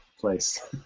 place